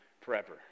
forever